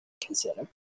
consider